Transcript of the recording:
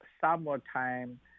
summertime